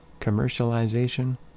commercialization